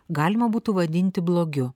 galima būtų vadinti blogiu